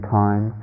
time